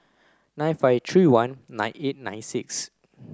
nine five three one nine eight nine six